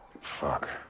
Fuck